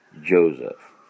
Joseph